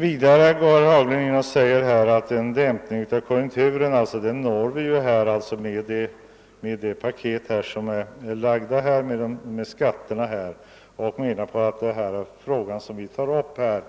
Vidare säger herr Haglund att vi med det skattepaket som är framlagt kan åstadkomma en dämpning av konjunkturen och han menar att vårt förslag om sparstimulerande åtgärder